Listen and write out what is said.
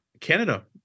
Canada